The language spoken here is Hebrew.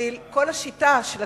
כל השיטה של